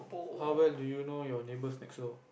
how well do you know your neighbours next door